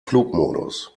flugmodus